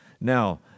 Now